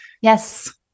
Yes